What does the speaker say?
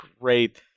great